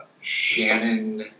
Shannon